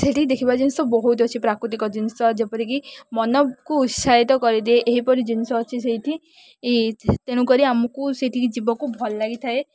ସେଠିକି ଦେଖିବା ଜିନିଷ ବହୁତ ଅଛି ପ୍ରାକୃତିକ ଜିନିଷ ଯେପରିକି ମନକୁ ଉତ୍ସାହିତ କରିଦିଏ ଏହିପରି ଜିନିଷ ଅଛି ସେଇଠି ତେଣୁକରି ଆମକୁ ସେଇଠିକି ଯିବାକୁ ଭଲ ଲାଗିଥାଏ